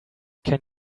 can